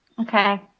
Okay